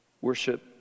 Worship